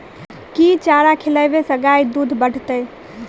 केँ चारा खिलाबै सँ गाय दुध बढ़तै?